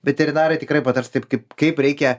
veterinarai tikrai patars taip kaip kaip reikia